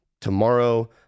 tomorrow